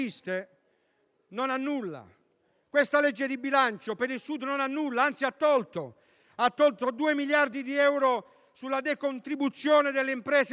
non ha nulla; questa legge di bilancio per il Sud non ha fatto nulla ed, anzi, ha tolto due miliardi di euro sulla decontribuzione delle imprese al Sud,